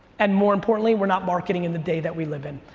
and more importantly, we're not marketing in the day that we live in.